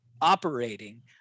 operating